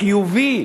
רעיון חיובי,